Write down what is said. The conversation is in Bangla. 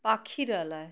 পাখিরালয়